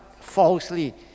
falsely